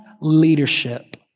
leadership